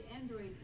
Android